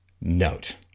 note